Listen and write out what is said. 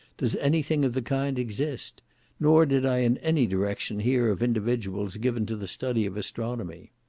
does any thing of the kind exist nor did i in any direction hear of individuals, given to the study of astronomy.